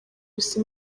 gusa